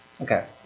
Okay